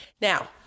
Now